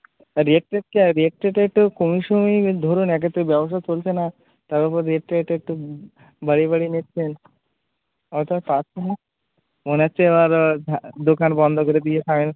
rate টেট কে rate টেট একটু কমিয়ে সমিয়ে ধরুন একে তো ব্যবসা চলছে না তার ওপর রেটটা এটা একটু বাড়িয়ে বাড়িয়ে নিচ্ছেন এটা কাস্টমার মনে হচ্ছে এবার হাঁ দোকান বন্ধ করে দিয়ে থা